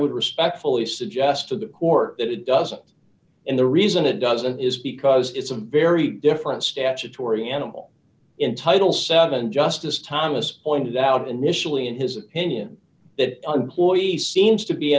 would respectfully suggest to the court that it doesn't and the reason it doesn't is because it's a very different statutory animal in title seven justice thomas pointed out initially in his opinion that